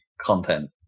content